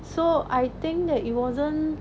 so I think that it wasn't